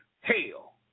Hell